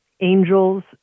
angels